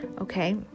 Okay